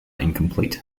incomplete